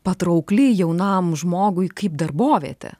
patraukli jaunam žmogui kaip darbovietė